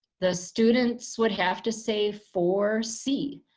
the students would have to say four c.